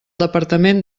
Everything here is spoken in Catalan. departament